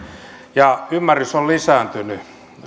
ja ymmärrys on lisääntynyt